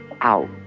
out